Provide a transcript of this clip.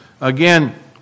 again